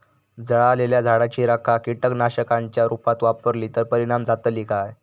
जळालेल्या झाडाची रखा कीटकनाशकांच्या रुपात वापरली तर परिणाम जातली काय?